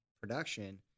production